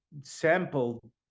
sample